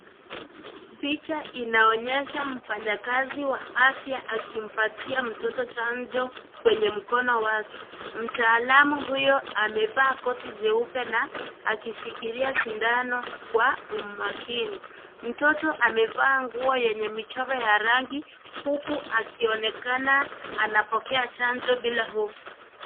Picha inaonyesha mfanyakazi wa afya akimpatia mtoto chanjo kwenye mkono wake. Mtaalamu huyo amevaa koti jeupe na akishikilia sindano kwa umakini. Mtoto amevaa nguo yenye michoro ya rangi huku akionekana anapokea chanjo bila hofu.